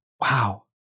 wow